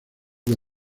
que